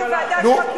בוועדת הכלכלה.